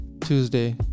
Tuesday